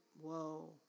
Whoa